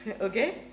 Okay